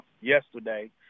yesterday